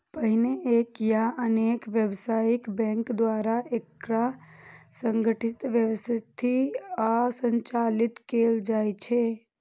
पहिने एक या अनेक व्यावसायिक बैंक द्वारा एकरा संगठित, व्यवस्थित आ संचालित कैल जाइ छै